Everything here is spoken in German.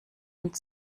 und